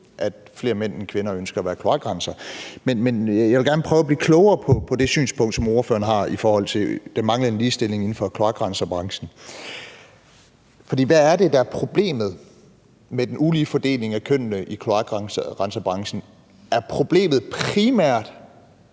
at flere mænd end kvinder ønsker at være kloakrensere. Men jeg vil gerne prøve at blive klogere på det synspunkt, som ordføreren har i forhold til den manglende ligestilling inden for kloakrenserbranchen. For hvad er det, der er problemet med den ulige fordeling af kønnene i kloakrenserbranchen? Er problemet primært,